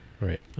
Right